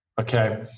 Okay